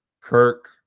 Kirk